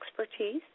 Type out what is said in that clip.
expertise